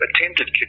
attempted